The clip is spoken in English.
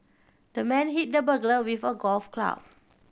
the man hit the burglar with a golf club